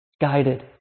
Guided